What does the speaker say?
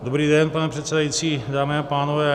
Dobrý den, pane předsedající, dámy a pánové.